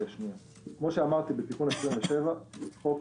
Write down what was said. כאמור, בתיקון 27 החוק